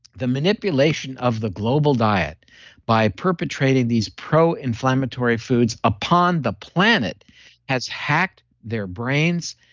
the manipulation of the global diet by perpetrating these pro-inflammatory foods upon the planet has hacked their brains,